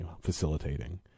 facilitating